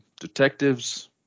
detectives